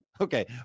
okay